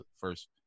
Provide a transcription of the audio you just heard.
first